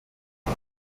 sie